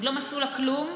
עוד לא מצאו כלום,